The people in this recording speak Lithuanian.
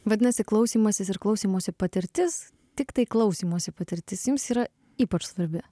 vadinasi klausymasis ir klausymosi patirtis tiktai klausymosi patirtis jums yra ypač svarbi